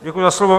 Děkuji za slovo.